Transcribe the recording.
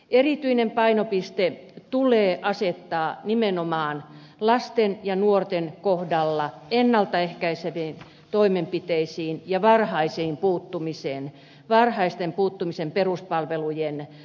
erityinen painopiste tulee asettaa nimenomaan lasten ja nuorten kohdalla ennalta ehkäiseviin toimenpiteisiin ja varhaisen puuttumisen peruspalvelujen lisäämiseen